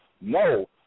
No